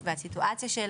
והסיטואציה של